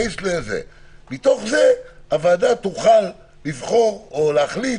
מתוך זה הוועדה תוכל לבחור או להחליט,